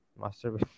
Master